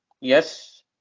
Yes